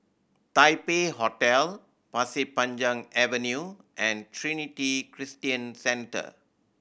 Taipei Hotel Pasir Panjang Avenue and Trinity Christian Centre